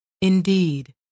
Indeed